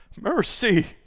Mercy